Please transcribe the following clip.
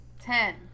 Ten